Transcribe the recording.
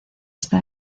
está